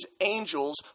angels